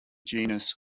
genus